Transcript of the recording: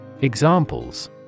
Examples